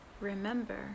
Remember